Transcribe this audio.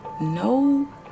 No